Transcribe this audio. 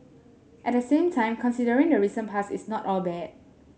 at the same time considering the recent past it's not all bad